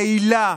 רעילה,